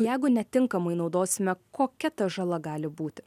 jeigu netinkamai naudosime kokia ta žala gali būti